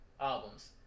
albums